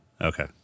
okay